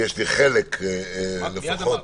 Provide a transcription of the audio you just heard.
ויש לי חלק, לפחות